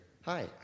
Hi